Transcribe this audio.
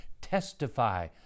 Testify